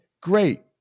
great